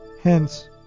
Hence